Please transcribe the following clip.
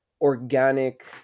organic